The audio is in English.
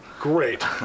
Great